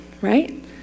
right